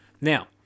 Now